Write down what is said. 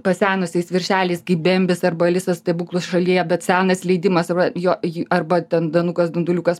pasenusiais viršeliais kaip bembis arba alisa stebuklų šalyje bet senas leidimas yra jo jį arba ten danukas dunduliukas